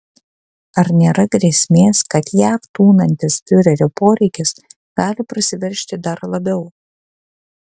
ar nėra grėsmės kad jav tūnantis fiurerio poreikis gali prasiveržti dar labiau